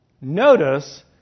Notice